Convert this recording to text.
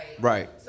right